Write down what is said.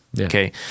Okay